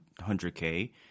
100K